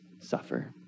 suffer